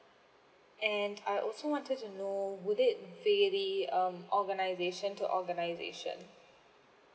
and I also wanted to know will it vary um organisation to organisation